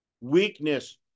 Weakness